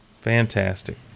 Fantastic